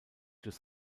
durch